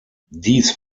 dies